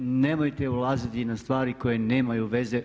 Nemojte ulaziti na stvari koje nemaju veze.